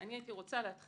אני רוצה להציג